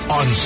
on